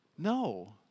No